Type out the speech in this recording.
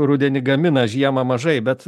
rudenį gamina žiemą mažai bet